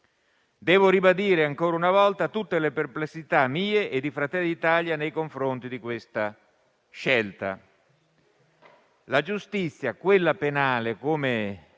Devo ribadire ancora una volta tutte le perplessità, mie e di Fratelli d'Italia, nei confronti di questa scelta. La giustizia, quella penale come